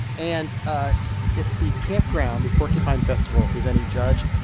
and ah if the campground, the porcupine festival, is any judge,